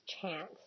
chance